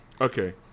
Okay